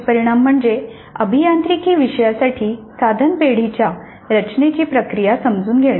परिणाम म्हणजे अभियांत्रिकी विषयासाठी साधन पेढीच्या रचनेची प्रक्रिया समजून घेणे